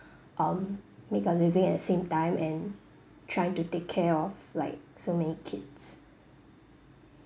um make a living at the same time and trying to take care of like so many kids